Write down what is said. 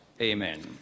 amen